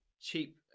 cheap